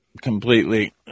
completely